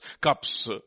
cups